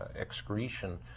excretion